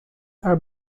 are